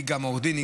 היא גם עורכת דין,